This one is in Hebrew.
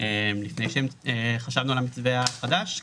לפני שחשבנו על המתווה החדש.